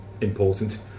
important